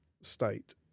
state